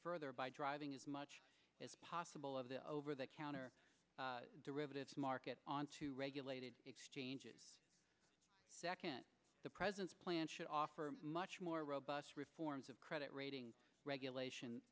further by driving as much as possible of the over the counter derivatives market onto regulated exchanges the president's plan should offer much more robust reforms of credit rating regulation